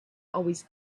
always